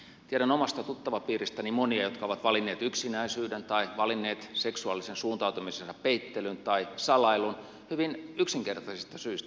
tiedän omasta tuttavapiiristäni monia jotka ovat valinneet yksinäisyyden tai valinneet seksuaalisen suuntautumisensa peittelyn tai salailun hyvin yksinkertaisesta syystä